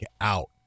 out